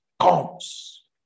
comes